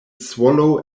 swallow